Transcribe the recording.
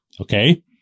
okay